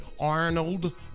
Arnold